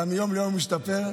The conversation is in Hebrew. אתה מיום ליום משתפר,